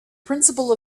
principle